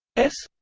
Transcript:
s.